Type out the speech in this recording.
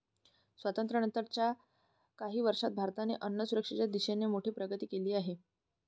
स्वातंत्र्यानंतर च्या काही वर्षांत भारताने अन्नसुरक्षेच्या दिशेने मोठी प्रगती केली आहे